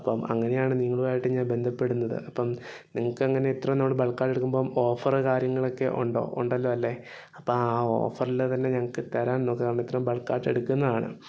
അപ്പം അങ്ങനെയാണ് നിങ്ങളുമായിട്ട് ഞാൻ ബന്ധപ്പെടുന്നത് അപ്പം നിങ്ങൾക്ക് അങ്ങനെ ഇത്ര ലോഡ് ബൾക്കായിട്ട് എടുക്കുമ്പം ഓഫറ് കാര്യങ്ങളൊക്കെ ഉണ്ടോ ഉണ്ടല്ലോ അല്ലേ അപ്പം ആ ഓഫറിൽ തന്നെ ഞങ്ങൾക്ക് തരാൻ നോക്കുക കാരണം ഇത്രയും ബൾക്കായിട്ടെടുക്കുന്നതാണ്